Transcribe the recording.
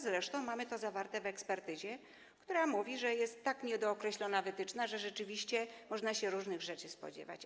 Zresztą mamy to zawarte w ekspertyzie, która mówi, że jest tak niedookreślona wytyczna, że rzeczywiście można się różnych rzeczy spodziewać.